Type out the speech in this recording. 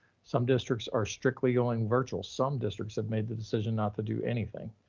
some districts are strictly going virtual. some districts have made the decision not to do anything.